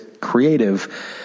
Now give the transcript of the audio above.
creative